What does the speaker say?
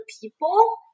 people